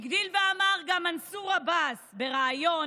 הגדיל ואמר גם מנסור עבאס בראיון